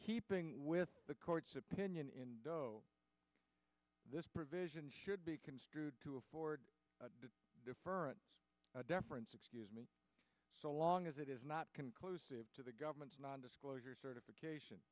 keeping with the court's opinion in this provision should be construed to afford a different deference excuse me so long as it is not conclusive to the government's nondisclosure certification